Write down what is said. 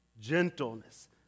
gentleness